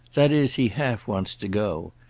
that is he half wants to go.